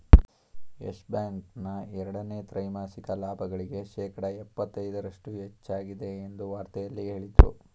Yes Bank ನ ಎರಡನೇ ತ್ರೈಮಾಸಿಕ ಲಾಭಗಳಿಗೆ ಶೇಕಡ ಎಪ್ಪತೈದರಷ್ಟು ಹೆಚ್ಚಾಗಿದೆ ಎಂದು ವಾರ್ತೆಯಲ್ಲಿ ಹೇಳದ್ರು